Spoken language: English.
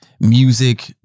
music